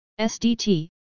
SDT